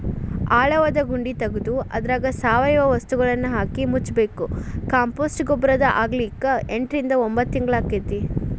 ಆಳವಾದ ಗುಂಡಿ ತಗದು ಅದ್ರಾಗ ಸಾವಯವ ವಸ್ತುಗಳನ್ನಹಾಕಿ ಮುಚ್ಚಬೇಕು, ಕಾಂಪೋಸ್ಟ್ ಗೊಬ್ಬರ ಆಗ್ಲಿಕ್ಕೆ ಎಂಟರಿಂದ ಒಂಭತ್ ತಿಂಗಳಾಕ್ಕೆತಿ